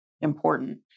important